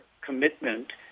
commitment